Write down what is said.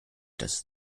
das